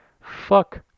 Fuck